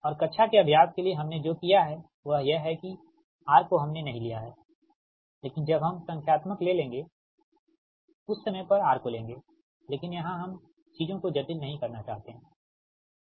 और कक्षा के अभ्यास के लिए हमने जो किया है वह यह है कि R को हमने नहीं लिया है लेकिन जब हम संख्यात्मक ले लेंगेउस समय पर R को लेंगे लेकिन यहां हम चीजों को जटिल नहीं करना चाहते हैं